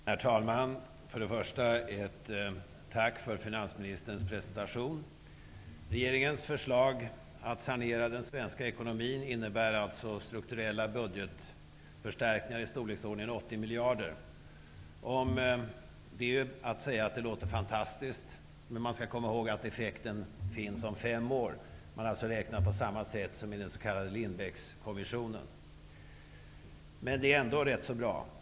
Herr talman! Jag vill först tacka finansministern för hennes presentation. Regeringens förslag att sanera den svenska ekonomin innebär alltså strukturella budgetförstärkningar i storleksordningen 80 miljarder. Om det kan man säga att det låter fantastiskt. Men man skall komma ihåg att effekten kommer om fem år. Man har alltså räknat på samma sätt som i den s.k. Lindbeckkommissionen. Men det är ändå rätt så bra.